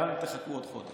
גם אם תחכו עוד חודש,